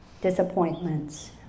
disappointments